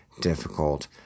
difficult